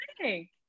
thank